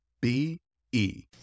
B-E